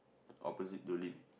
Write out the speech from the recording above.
opposite Jolene